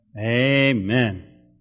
Amen